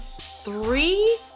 three